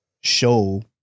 show